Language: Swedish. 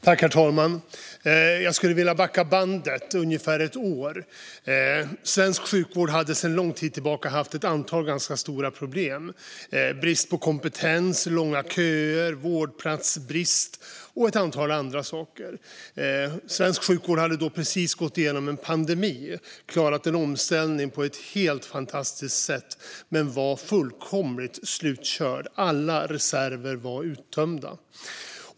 Herr talman! Jag skulle vilja backa bandet ungefär ett år. Svensk sjukvård hade sedan lång tid tillbaka haft ett antal ganska stora problem: brist på kompetens, långa köer, vårdplatsbrist och ett antal andra saker. Svensk sjukvård hade då precis gått igenom en pandemi och klarat en omställning på ett helt fantastiskt sätt, men var fullkomligt slutkörd. Alla reserver var uttömda.